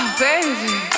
baby